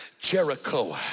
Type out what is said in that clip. Jericho